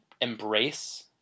embrace